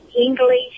English